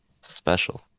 special